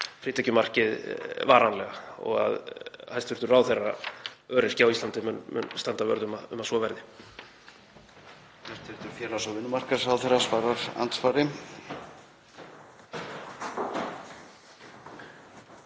frítekjumarkið varanlega og að hæstv. ráðherra öryrkja á Íslandi muni standa vörð um að svo verði?